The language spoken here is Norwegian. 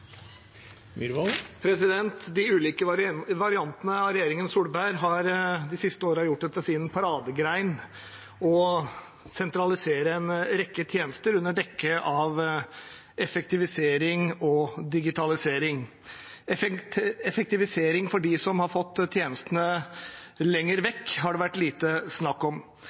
De ulike variantene av regjeringen Solberg har de siste årene gjort det til sin paradegrein å sentralisere en rekke tjenester under dekke av effektivisering og digitalisering. Effektivisering for dem som har fått tjenestene lenger vekk, har det vært lite snakk